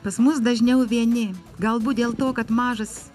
pas mus dažniau vieni galbūt dėl to kad mažas